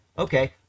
Okay